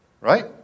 Right